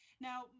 Now